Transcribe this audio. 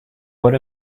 what